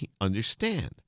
understand